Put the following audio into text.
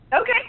Okay